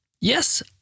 Yes